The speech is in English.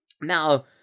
Now